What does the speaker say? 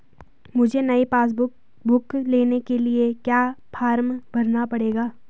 मुझे नयी passbook book लेने के लिए क्या फार्म भरना पड़ेगा?